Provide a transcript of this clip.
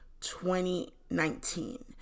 2019